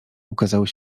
ukazały